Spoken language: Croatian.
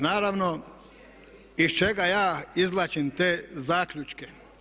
Naravno iz čega ja izvlačim te zaključke?